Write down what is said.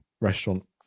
restaurant